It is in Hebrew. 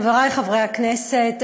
חברי חברי הכנסת,